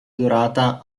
dorata